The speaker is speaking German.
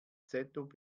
zob